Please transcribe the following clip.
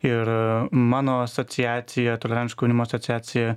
ir mano asociacija tolerantiško jaunimo asociacija